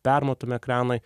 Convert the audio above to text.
permatomi ekranai